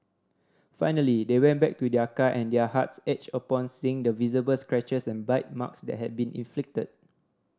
finally they went back to their car and their hearts ached upon seeing the visible scratches and bite marks that had been inflicted